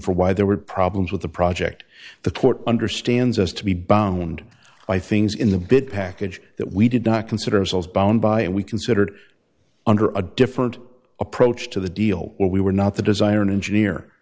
for why there were problems with the project the court understands us to be bound by things in the big package that we did not consider ourselves bound by and we considered under a different approach to the deal we were not the design or an engineer